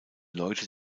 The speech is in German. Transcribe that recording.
leute